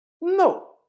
No